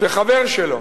וחבר שלו